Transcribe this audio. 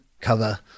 cover